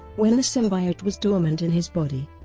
when the symbiote was dormant in his body,